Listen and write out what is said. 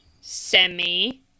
semi